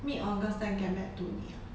mid august 再 get back to 你啊